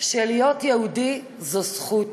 שלהיות יהודי זו זכות,